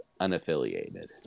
unaffiliated